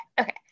okay